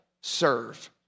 serve